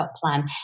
plan